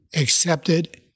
accepted